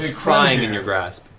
ah crying in your grasp.